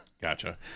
Gotcha